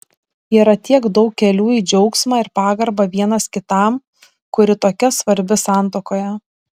yra tiek daug kelių į džiaugsmą ir pagarbą vienas kitam kuri tokia svarbi santuokoje